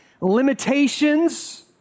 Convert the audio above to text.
limitations